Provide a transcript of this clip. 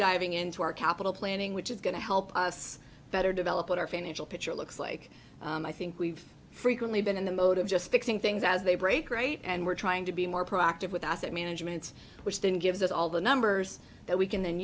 diving into our capital planning which is going to help us better develop what our financial picture looks like and i think we've frequently been in the mode of just fixing things as they break right and we're trying to be more proactive with asset management which then gives us all the numbers that we can